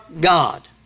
God